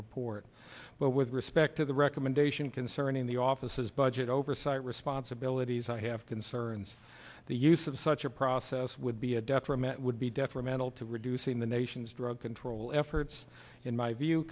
report but with respect to the recommendation concerning the offices budget oversight responsibilities i have concerns the use of such a process would be a detriment would be detrimental to reducing the nation's drug control efforts in my view